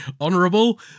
honorable